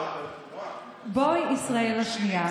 בואי ישראל השנייה,